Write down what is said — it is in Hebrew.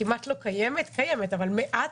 כמעט לא קיימת, קיימת, אבל מעט,